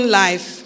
life